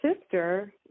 sister